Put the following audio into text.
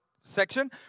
section